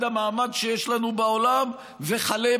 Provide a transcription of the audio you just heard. המעמד שיש לנו בעולם ועד ,